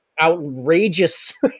outrageous